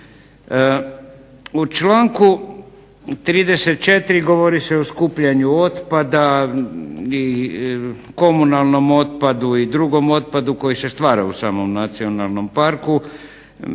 U članku 34. govori se o skupljanju otpada i komunalnom otpadu i drugom otpadu koji se stvara u samom nacionalnom parku.